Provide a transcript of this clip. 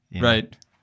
Right